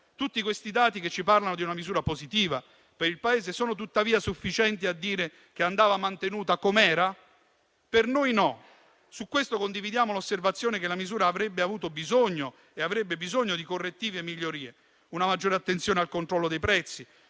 Tutti questi dati che ci parlano di una misura positiva per il Paese sono tuttavia sufficienti a dire che andava mantenuta com'era? Per noi no. Su questo condividiamo l'osservazione che la misura avrebbe avuto e avrebbe bisogno di correttivi e migliorie; di una maggiore attenzione al controllo dei prezzi;